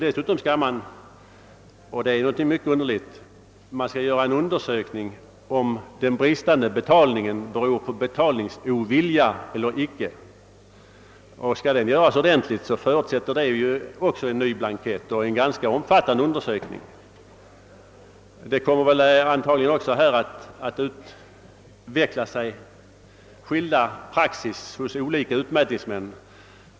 Dessutom skall man, vilket är mycket underligt, verkställa en undersökning av huruvida den bristande betalningen beror på betalningsovilja. Skall denna undersökning göras ordentligt blir den ganska omfattande och förutsätter också en ny blankett. Det kommer antagligen att härvid utvecklas olika praxis hos olika utmätningsmän.